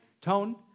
tone